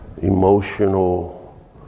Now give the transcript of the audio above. emotional